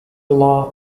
law